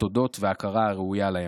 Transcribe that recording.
לתודות ולהכרה הראויה להם.